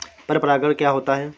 पर परागण क्या होता है?